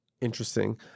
Interesting